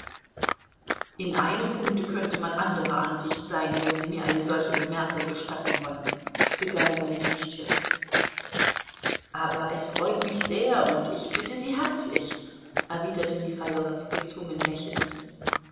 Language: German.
in einem punkte könnte man anderer ansicht sein wenn sie mir eine solche bemerkung gestatten wollen begann golenischtschew aber es freut mich sehr und ich bitte sie herzlich erwiderte michailow gezwungen lächelnd